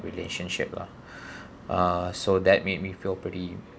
relationship lah uh so that made me feel pretty